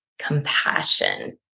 compassion